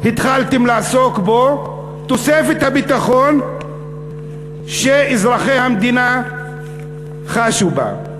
התחלתם לעסוק ב"חוק האזרחות"; מה תוספת הביטחון שאזרחי המדינה חשו בה.